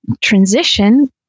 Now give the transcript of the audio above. transition